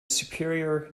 superior